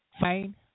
fine